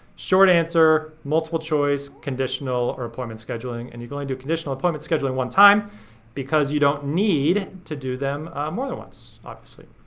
short answer, multiple choice, conditional, or appointment scheduling. and you can only do conditional or appointment scheduling one time because you don't need to do them more than once, obviously.